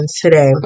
today